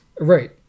Right